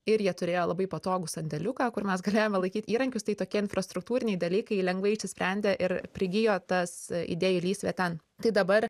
ir jie turėjo labai patogų sandėliuką kur mes galėjome laikyt įrankius tai tokie infrastruktūriniai dalykai lengvai išsisprendė ir prigijo tas idėjų lysvė ten tai dabar